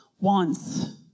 wants